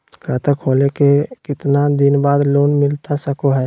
खाता खोले के कितना दिन बाद लोन मिलता सको है?